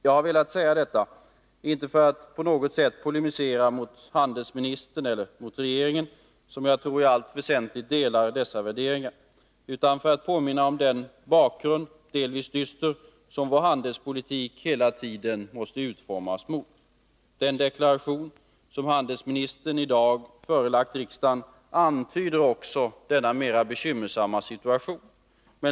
Jag har velat säga detta inte för att på något sätt polemisera mot handelsministern eller mot regeringen, som jag tror i allt väsentligt delar dessa värderingar, utan för att påminna om den bakgrund, delvis dyster, som vår handelspolitik hela tiden måste utformas mot. Den deklaration som handelsministern i dag har förelagt riksdagen antyder denna mer bekymmersamma situation.